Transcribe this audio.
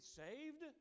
saved